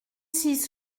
six